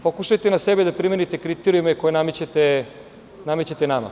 Pokušajte na sebe da primenite kriterijume koje namećete nama.